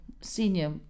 senior